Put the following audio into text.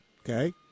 okay